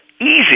easy